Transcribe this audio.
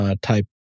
type